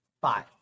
Five